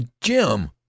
Jim